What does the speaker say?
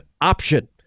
option